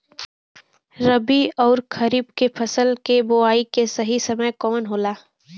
रबी अउर खरीफ के फसल के बोआई के सही समय कवन होला?